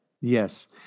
Yes